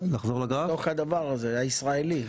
בתוך הדבר הזה, הישראלי?